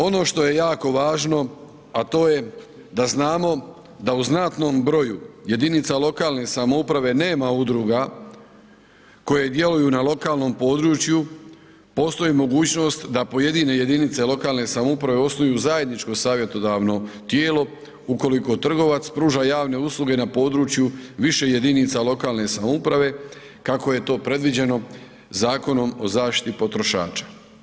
Ono što je jako važno, a to je da znamo da u znatnom broju jedinica lokalne samouprave nema udruga koje djeluju na lokalnom području postoji mogućnost da pojedine jedinice lokalne samouprave osnuju zajedničko savjetodavno tijelo ukoliko trgovac pruža javne usluge na području više jedinica lokalne samouprave kako je to predviđeno Zakonom o zaštiti potrošača.